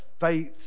faith